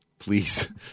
please